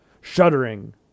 shuddering